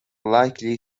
likely